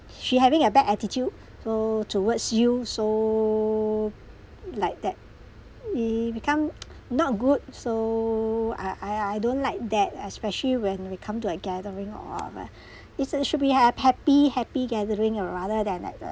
she having a bad attitude so towards you so like that we become not good so I I I I don't like that especially when we come to a gathering of a it should it should be hap~ happy happy gathering or rather than like the